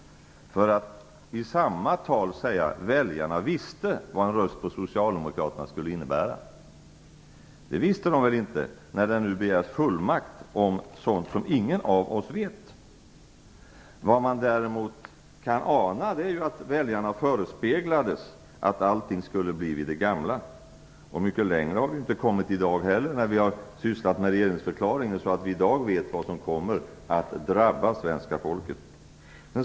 I samma tal säger han: "Väljarna visste vad en röst på Socialdemokraterna skulle innebära." Men det visste de väl inte, när det begärs fullmakt om sådant som ingen av oss vet något om. Vad man däremot kan ana är att väljarna förespeglades att allt skulle bli vid det gamla. Mycket längre har vi inte kommit i dag heller, när vi debatterat om regeringsförklaringen. Vi har inte fått klarhet i vad som kommer att drabba svenska folket. Fru talman!